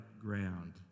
ground